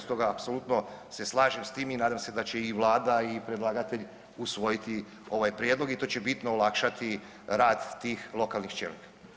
Stoga apsolutno se slažem s tim i nadam se da će i Vlada i predlagatelj usvojiti ovaj prijedlog i to će bitno olakšati rad tih lokalnih čelnika.